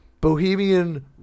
Bohemian